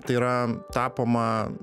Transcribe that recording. tai yra tapoma